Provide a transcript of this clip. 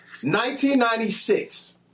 1996